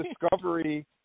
Discovery